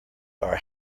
are